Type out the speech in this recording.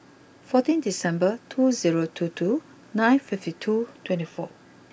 fourteen December two zero two two nine fifty two twenty four